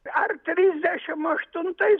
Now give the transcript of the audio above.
ar trisdešimt aštuntais